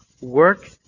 work